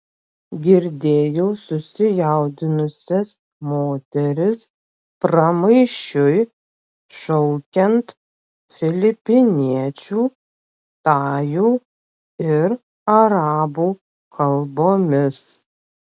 girdėjau susijaudinusias moteris pramaišiui šaukiant filipiniečių tajų ir arabų kalbomis